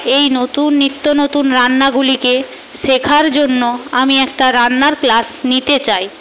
এই নতুন নিত্য নতুন রান্নাগুলিকে শেখার জন্য আমি একটা রান্নার ক্লাস নিতে চাই